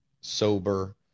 sober